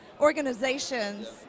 organizations